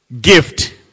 Gift